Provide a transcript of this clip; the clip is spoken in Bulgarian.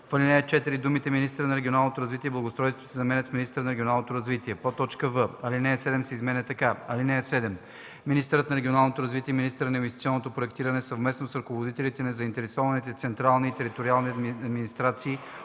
в ал. 4 думите „Министърът на регионалното развитие и благоустройството” се заменят с „Министърът на регионалното развитие”. в) алинея 7 се изменя така: „(7) Министърът на регионалното развитие и министърът на инвестиционното проектиране съвместно с ръководителите на заинтересуваните централни и териториални администрации